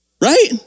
Right